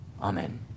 Amen